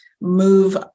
move